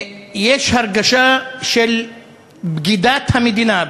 יש הרגשה של בגידת המדינה,